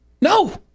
No